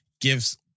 gives